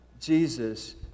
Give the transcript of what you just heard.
Jesus